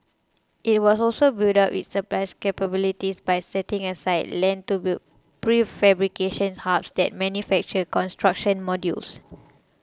it will all also build up its supplies capabilities by setting aside land to build prefabrication's hubs that manufacture construction modules